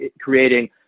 creating